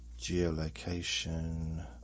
geolocation